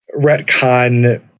retcon